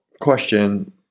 Question